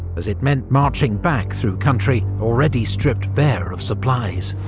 as it meant marching back through country already stripped bare of supplies.